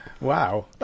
wow